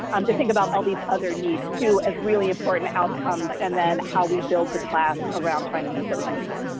um to think about all these other needs too as really important outcomes and then how we build the class around to meet those needs.